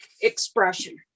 expression